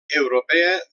europea